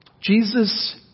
Jesus